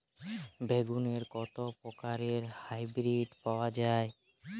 বেগুনের কত প্রকারের হাইব্রীড পাওয়া যায়?